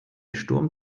sturm